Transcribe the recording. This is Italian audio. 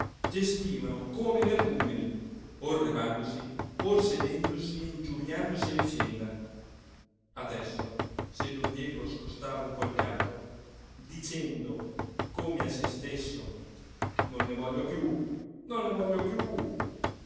gestivano come energumeni or levandosi or sedendosi e ingiuriandosi a vicenda adesso se don diego scostava un po il piatto dicendo come a se stesso non ne voglio piú non ne voglio piú